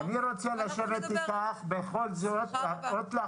אז אני רוצה לשבת איתך בכל זאת ולהראות לך.